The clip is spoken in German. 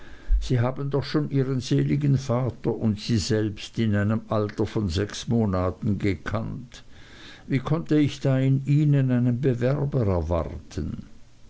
sie haben doch schon ihren seligen vater und sie selbst in einem alter von sechs monaten gekannt wie konnte ich da in ihnen einen bewerber erwarten